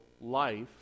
life